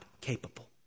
capable